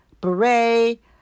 beret